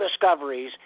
discoveries